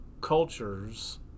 cultures